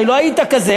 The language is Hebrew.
הרי לא היית כזה.